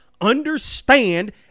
understand